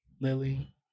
Lily